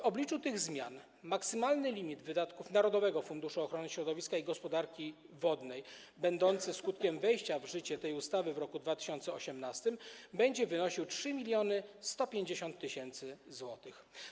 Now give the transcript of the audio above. W obliczu tych zmian maksymalny limit wydatków Narodowego Funduszu Ochrony Środowiska i Gospodarki Wodnej będący skutkiem wejścia w życie tej ustawy w roku 2018 będzie wynosił 3150 tys. zł.